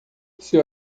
seu